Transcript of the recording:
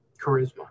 charisma